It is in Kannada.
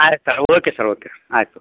ಆಯ್ತು ಸರ್ ಓಕೆ ಸರ್ ಓಕೆ ಆಯಿತು